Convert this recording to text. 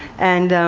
and